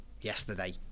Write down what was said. yesterday